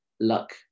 luck